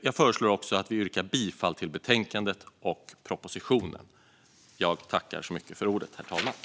Jag föreslår också att vi yrkar bifall till förslaget i betänkandet och till propositionen.